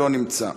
לא נמצא,